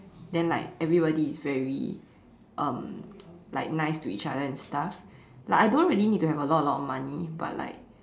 then like everybody is very um like nice to each other and stuff like I don't really need to have a lot a lot of money but like